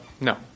No